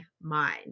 mind